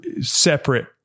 separate